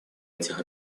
этих